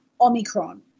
Omicron